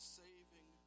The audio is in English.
saving